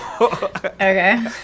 Okay